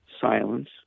silence